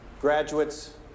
graduates